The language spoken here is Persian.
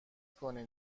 کنین